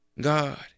God